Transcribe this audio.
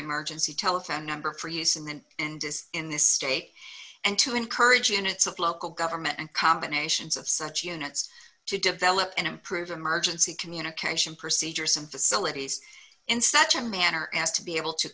emergency telephone number for use and then and this in this state and to encourage units of local government and combinations of such units to develop and improve emergency communication procedures and facilities in such a manner as to be able to